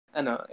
ano